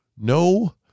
No